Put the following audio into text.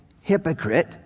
hypocrite